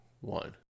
one